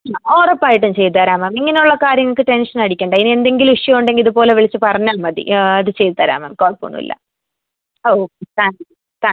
ആ ഉറപ്പായിട്ടും ചെയ്തരാം മാം ഇങ്ങനുള്ള കാര്യങ്ങൾക്ക് ടെൻഷനടിക്കണ്ട ഇനി എന്തെങ്കിലുവിഷ്യു ഉണ്ടെങ്കിൽ ഇതുപോലെ വിളിച്ച് പറഞ്ഞാൽ മതി അത് ചെയ്ത് തരാം മാം കുഴപ്പമൊന്നുവില്ല okay thank you thank you